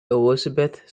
elizabeth